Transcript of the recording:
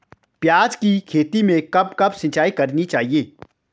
प्याज़ की खेती में कब कब सिंचाई करनी चाहिये?